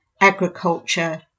agriculture